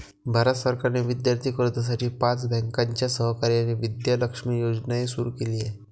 भारत सरकारने विद्यार्थी कर्जासाठी पाच बँकांच्या सहकार्याने विद्या लक्ष्मी योजनाही सुरू केली आहे